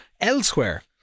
elsewhere